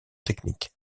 technique